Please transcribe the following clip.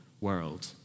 world